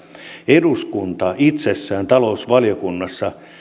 eduskunta itse talousvaliokunnassa